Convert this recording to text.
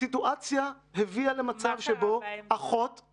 הסיטואציה הביאה למצב שבו אחות -- מה קרה באמצע?